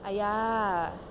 !aiya!